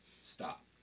stop